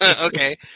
okay